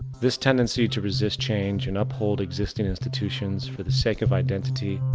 this tendency to resist change and uphold existing institutions for the sake of identity,